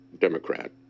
Democrat